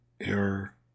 error